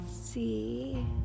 see